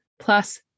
plus